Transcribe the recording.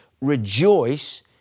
Rejoice